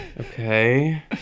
Okay